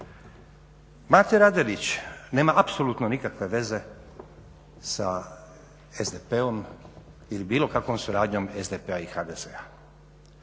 Mate Radeljić nema apsolutno nikakve veze sa SDP-om ili bilo kakvom suradnjom SDP-a i HDZ-a.